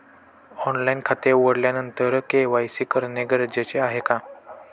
Online खाते उघडल्यानंतर KYC करणे गरजेचे आहे का?